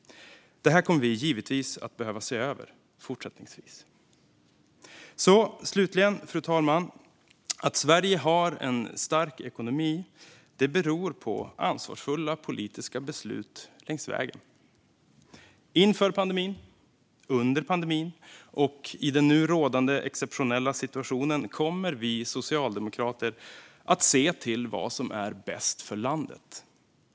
Det här kommer vi givetvis att behöva se över fortsättningsvis. Fru talman! Att Sverige har en stark ekonomi beror på ansvarsfulla politiska beslut längs vägen, inför pandemin och under pandemin. I den nu rådande exceptionella situationen kommer vi socialdemokrater att se till vad som är bäst för landet.